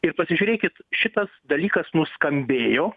ir pasižiūrėkit šitas dalykas nuskambėjo